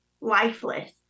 lifeless